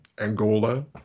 Angola